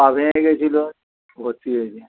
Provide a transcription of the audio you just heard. পা ভেঙে গিয়েছিলো ভর্তি হয়েছি